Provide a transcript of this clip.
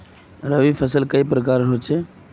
रवि फसल कई प्रकार होचे?